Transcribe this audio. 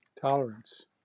Tolerance